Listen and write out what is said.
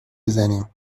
بزنیم